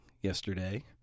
yesterday